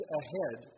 ahead